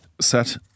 set